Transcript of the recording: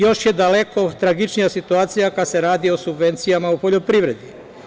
Još je daleko tragičnija situacija kada se radi o subvencijama u poljoprivredi.